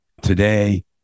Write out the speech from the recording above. Today